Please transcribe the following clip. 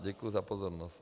Děkuji za pozornost.